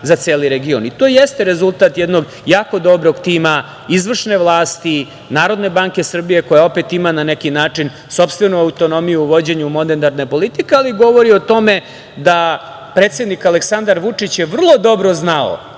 za celi region. To i jeste rezultat jednog jako dobrog tima izvršne vlasti, Narodne banke Srbije, koja opet ima na neki način sopstvenu autonomiju u vođenju monetarne politike, ali govori o tome da predsednik Aleksandar Vučić je vrlo dobro znao